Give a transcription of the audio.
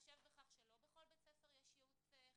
ובהתחשב בכך שלא בכל בית ספר יש ייעוץ חינוכי,